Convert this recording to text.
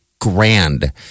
grand